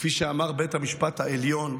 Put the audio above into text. כפי שאמר בית המשפט העליון,